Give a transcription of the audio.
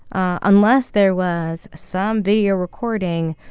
unless there was some video recording,